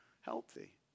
healthy